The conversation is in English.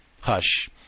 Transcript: hush